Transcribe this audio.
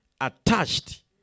attached